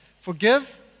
forgive